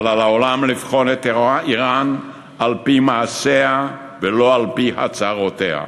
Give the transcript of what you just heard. אבל על העולם לבחון את איראן על-פי מעשיה ולא על-פי הצהרותיה,